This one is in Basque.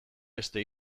beste